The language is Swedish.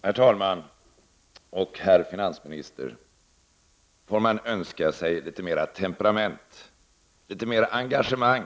Herr talman och herr finansminister! Får man önska sig litet mera temperament, litet mera engagemang?